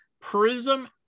Prism